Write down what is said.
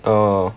oh